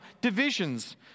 divisions